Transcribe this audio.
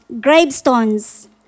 gravestones